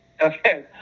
okay